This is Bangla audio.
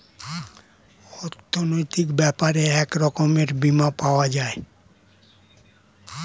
অর্থনৈতিক ব্যাপারে এক রকমের বীমা পাওয়া যায়